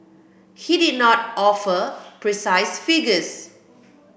he did not offer precise figures